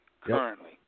Currently